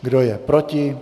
Kdo je proti?